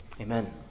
Amen